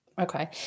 Okay